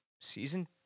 Season